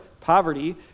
poverty